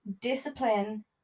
discipline